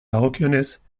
dagokionez